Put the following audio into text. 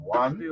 one